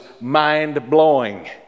mind-blowing